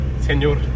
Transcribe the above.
Señor